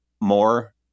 more